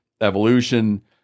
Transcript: evolution